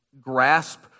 grasp